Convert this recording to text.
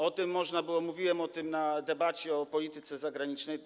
O tym można było... mówiłem o tym w debacie o polityce zagranicznej.